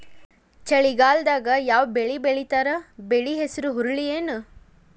ಚಳಿಗಾಲದಾಗ್ ಯಾವ್ ಬೆಳಿ ಬೆಳಿತಾರ, ಬೆಳಿ ಹೆಸರು ಹುರುಳಿ ಏನ್?